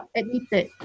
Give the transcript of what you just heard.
admitted